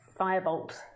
firebolt